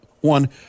one